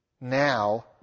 now